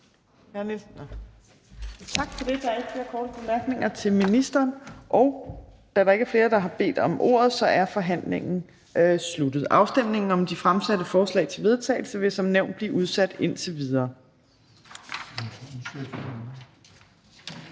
Tak for det. Der er ikke flere korte bemærkninger til ministeren. Da der ikke er flere, der har bedt om ordet, er forhandlingen sluttet. Afstemningen om de fremsatte forslag til vedtagelse vil som nævnt blive udsat indtil videre.